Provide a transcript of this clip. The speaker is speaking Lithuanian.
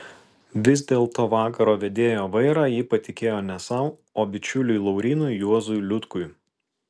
vis dėlto vakaro vedėjo vairą ji patikėjo ne sau o bičiuliui laurynui juozui liutkui